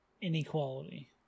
Inequality